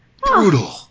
brutal